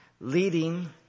Leading